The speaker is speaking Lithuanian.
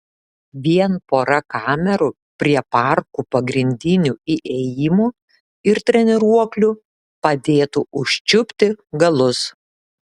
vien pora kamerų prie parkų pagrindinių įėjimų ir treniruoklių padėtų užčiupti galus